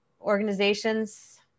organizations